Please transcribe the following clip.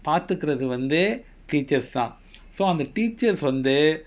பாத்துகுறது வந்து:paathukurathu vanthu teachers தா:thaa so அந்த:antha teachers வந்து:vanthu